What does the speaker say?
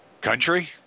country